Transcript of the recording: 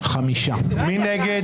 מי נגד?